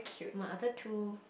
my other two